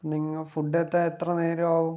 നിങ്ങൾ ഫുഡ് എത്താൻ എത്ര നേരമാവും